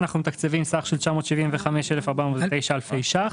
אנחנו מתקצבים סך של 975,409 אלפי ₪.